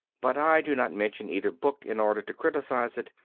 but i do not mention either book in order to criticise it,